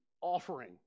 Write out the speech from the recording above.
offering